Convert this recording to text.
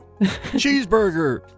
Cheeseburger